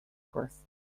course